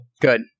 Good